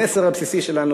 המסר הבסיסי שלנו,